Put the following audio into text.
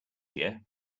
year